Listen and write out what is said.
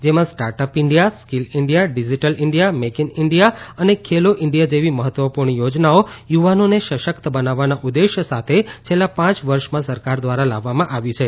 જેમાં startup India skill India digital India make in India અને Khelo India જેવી મહત્વપુર્ણ યોજનાઓ યુવાનોને સશકત બનાવવાના ઉદ્દેશ સાથે છેલ્લા પાંચ વર્ષમાં સરકાર ધ્વારા લાવવામાં આવી છે